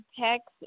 text